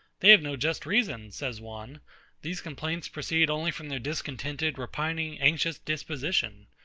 they have no just reason, says one these complaints proceed only from their discontented, repining, anxious disposition.